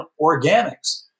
organics